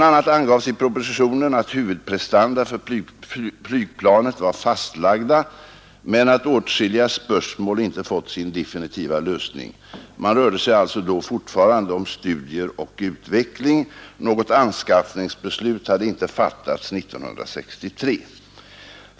a. angavs i propositionen att huvudprestanda för flygplanet var fastlagda men att åtskilliga spörsmål inte fått sin definitiva lösning. Det rörde sig alltså då fortfarande om studier och utveckling. Något anskaffningsbeslut hade inte fattats 1963.